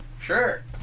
Sure